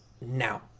Now